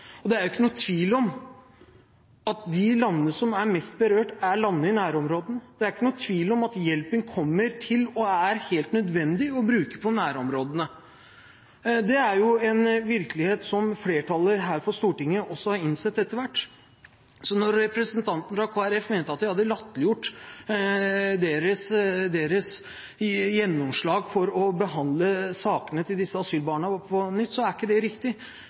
Det er ikke noen tvil om at de landene som er mest berørt, er landene i nærområdene. Det er ikke noen tvil om at hjelpen kommer til – og er helt nødvendig å bruke på – nærområdene. Det er en virkelighet som også flertallet her på Stortinget har innsett etter hvert. Så når representanten fra Kristelig Folkeparti mente at jeg hadde latterliggjort deres gjennomslag for å behandle sakene til disse asylbarna på nytt, er ikke det riktig.